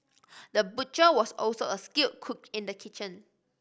the butcher was also a skilled cook in the kitchen